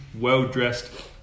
well-dressed